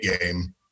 game